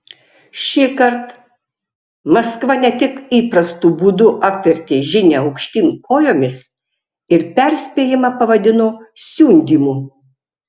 šįkart maskva ne tik įprastu būdu apvertė žinią aukštyn kojomis ir perspėjimą pavadino siundymu